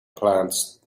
plants